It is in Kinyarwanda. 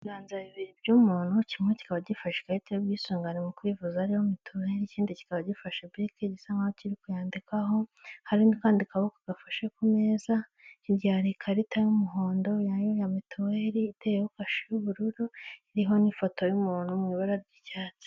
Aya n'ameza ari mu nzu, bigaragara ko aya meza ari ayokuriho arimo n'intebe nazo zibaje mu biti ariko aho bicarira hariho imisego.